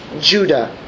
Judah